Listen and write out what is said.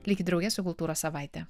likit drauge su kultūros savaite